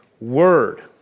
word